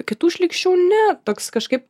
kitų šlykščių ne toks kažkaip